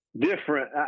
different